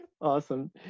Awesome